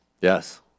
Yes